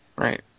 Right